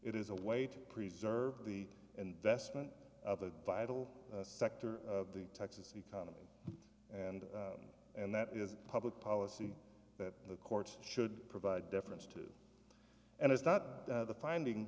it is a way to preserve the investment of a vital sector of the texas economy and and that is public policy that the court should provide deference to and it's not the finding